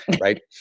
right